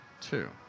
Two